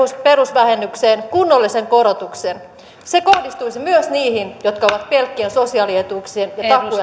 perusvähennykseen kunnollisen korotuksen se kohdistuisi myös niihin jotka ovat pelkkien sosiaalietuuksien ja ja